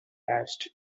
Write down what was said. asked